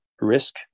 risk